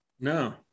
No